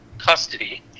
Custody